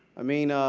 i mean, ah